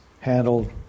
handled